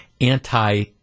anti